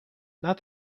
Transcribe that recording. not